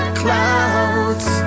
clouds